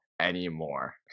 anymore